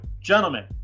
gentlemen